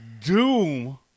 Doom